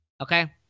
Okay